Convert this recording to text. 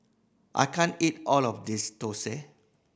I can't eat all of this thosai